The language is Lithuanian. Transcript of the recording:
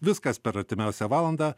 viskas per artimiausią valandą